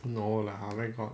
no lah where got